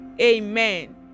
Amen